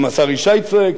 גם השר ישי צועק.